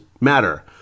matter